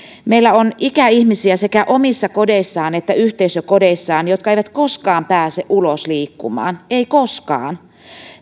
meillä on sekä omissa kodeissaan että yhteisökodeissa ikäihmisiä jotka eivät koskaan pääse ulos liikkumaan eivät koskaan